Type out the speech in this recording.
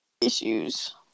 Issues